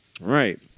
Right